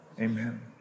Amen